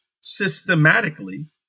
systematically